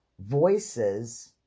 voices